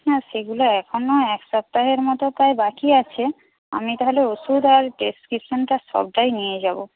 না সেগুলো এখনো এক সপ্তাহের মতো প্রায় বাকি আছে আমি তাহলে ওষুধ আর প্রেসক্রিপশনটা সবটাই নিয়ে যাবো